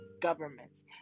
governments